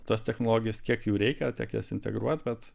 tos technologijos kiek jų reikia tiek jas integruot bet